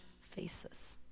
faces